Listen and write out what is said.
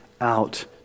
out